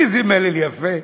איזה מלל יפה,